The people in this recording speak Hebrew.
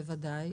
בוודאי,